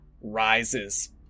rises